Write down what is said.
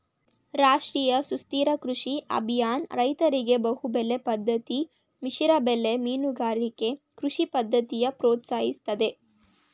ರಾಷ್ಟ್ರೀಯ ಸುಸ್ಥಿರ ಕೃಷಿ ಅಭಿಯಾನ ರೈತರಿಗೆ ಬಹುಬೆಳೆ ಪದ್ದತಿ ಮಿಶ್ರಬೆಳೆ ಮೀನುಗಾರಿಕೆ ಕೃಷಿ ಪದ್ದತಿನ ಪ್ರೋತ್ಸಾಹಿಸ್ತದೆ